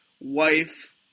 wife